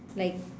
like